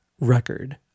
record